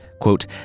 quote